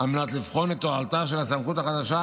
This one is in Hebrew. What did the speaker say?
על מנת לבחון את תועלתה של הסמכות החדשה